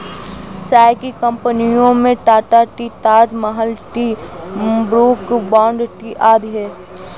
चाय की कंपनियों में Tata tea, Taj Mahal tea, Brooke Bond tea आदि है